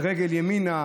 ברגל ימין,